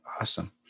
Awesome